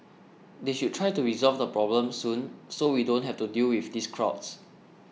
they should try to resolve the problem soon so we don't have to deal with these crowds